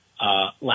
last